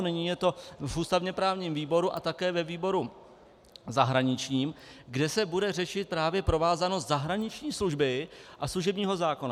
Nyní je to v ústavněprávním výboru a také ve výboru zahraničním, kde se bude řešit právě provázanost zahraniční služby a služebního zákona.